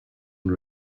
and